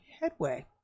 headway